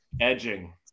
Edging